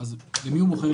למי הוא מוכר?